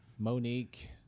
Monique